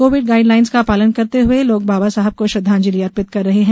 Covid guidelines का पालन करते हुए लोग बाबा साहेब को श्रद्वांजलि अर्पित कर रहे हैं